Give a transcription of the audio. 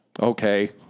okay